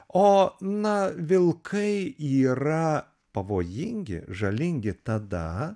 o na vilkai yra pavojingi žalingi tada